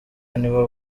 nibo